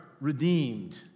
redeemed